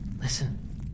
Listen